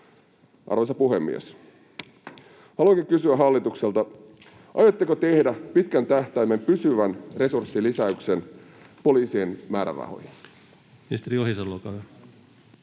Arvoisa puhemies! Haluankin kysyä hallitukselta: aiotteko tehdä pitkän tähtäimen pysyvän resurssilisäyksen poliisien määrärahoihin?